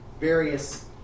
various